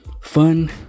fun